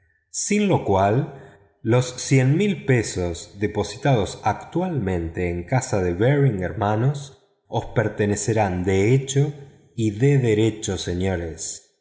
sin lo cual las veinte mil libras depositadas actualmente en la casa de baring hermanos os pertenecen de hecho y de derecho señores